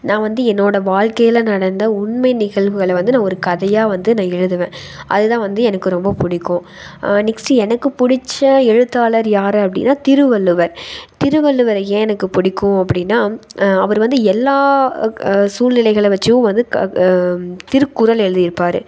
நான் வந்து என்னோட வாழ்க்கையில் நடந்த உண்மை நிகழ்வுகளை வந்து நான் ஒரு கதையாக வந்து நான் எழுதுவேன் அது தான் வந்து எனக்கு ரொம்ப பிடிக்கும் நெக்ஸ்ட் எனக்கு பிடிச்ச எழுத்தாளர் யார் அப்படினா திருவள்ளுவர் திருவள்ளுவரை ஏன் எனக்கு பிடிக்கும் அப்படினா அவர் வந்து எல்லா சூழ்நிலைகளை வச்சும் வந்து திருக்குறள் எழுதிருப்பார்